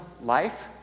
life